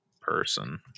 person